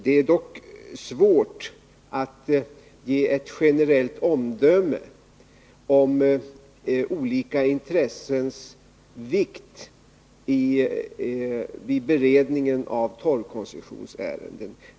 Det är dock svårt att ge ett generellt omdöme om olika intressens vikt vid beredningen av torvkoncessionsärenden.